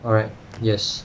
alright yes